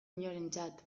inorentzat